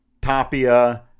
Tapia